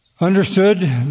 understood